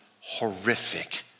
horrific